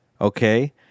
okay